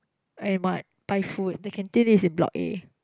I might buy food the canteen is in block A